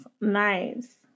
Nice